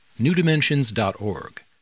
newdimensions.org